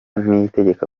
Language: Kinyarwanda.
niyitegeka